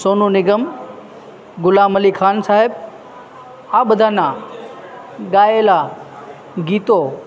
સોનુ નિગમ ગુલામ અલી ખાન સાહેબ આ બધાના ગાયેલાં ગીતો